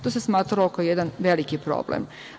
To se smatralo kao jedan veliki problem.